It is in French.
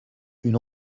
une